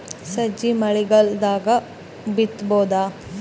ಸಜ್ಜಿ ಮಳಿಗಾಲ್ ದಾಗ್ ಬಿತಬೋದ?